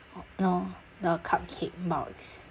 no the cupcake box